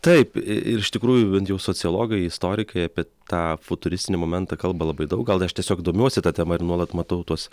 taip ir iš tikrųjų bent jau sociologai istorikai apie tą futuristinį momentą kalba labai daug gal aš tiesiog domiuosi ta tema ir nuolat matau tuos